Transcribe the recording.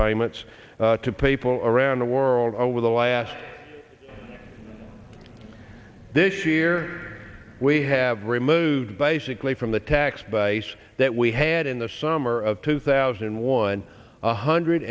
payments to people around the world over the last this year we have removed basically from the tax base that we had in the summer of two thousand and one one hundred